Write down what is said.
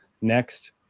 next